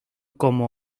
como